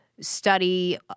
study